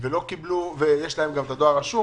ולא קיבלו, ויש להם גם הדואר הרשום.